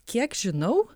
kiek žinau